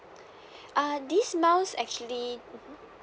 uh these miles actually mmhmm